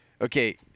Okay